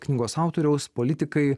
knygos autoriaus politikai